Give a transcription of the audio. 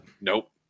nope